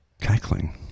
Cackling